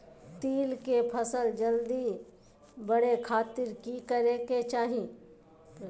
तिल के फसल जल्दी बड़े खातिर की करे के चाही?